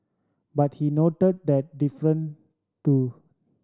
but he noted that different too